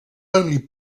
only